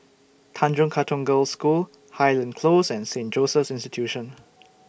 Tanjong Katong Girls' School Highland Close and Saint Joseph's Institution